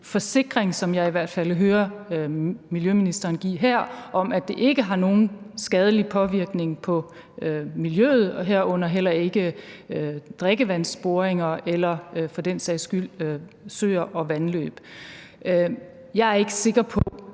forsikring, som jeg i hvert fald hører miljøministeren give her, om, at det ikke har nogen skadelig påvirkning af miljøet, herunder heller ikke drikkevandsboringer eller søer og vandløb for den sags skyld. Jeg er ikke sikker på,